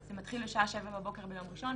זה מתחיל בשעה 07:00 בבוקר ביום ראשון,